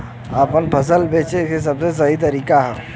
आपन फसल बेचे क सबसे सही तरीका का ह?